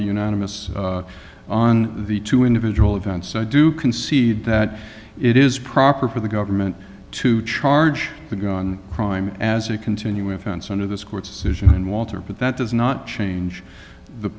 the unanimous on the two individual events i do concede that it is proper for the government to charge the gun crime as you continue with offense under this court's decision and walter but that does not change the